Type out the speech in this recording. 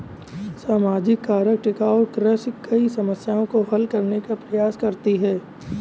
सामाजिक कारक टिकाऊ कृषि कई समस्याओं को हल करने का प्रयास करती है